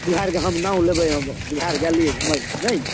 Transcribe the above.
बिहारके हम नाम लेबै हम बिहार गेली हम घुमैलए नहि यौ